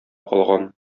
калган